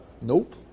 Nope